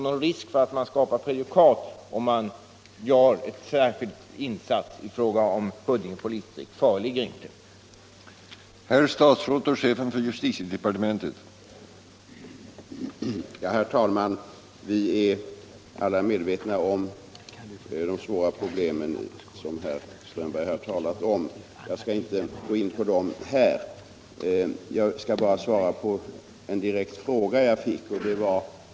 Någon risk för att man skapar prejudikat om man gör en särskild insats i fråga om Huddinge polisdistrikt föreligger alltså inte.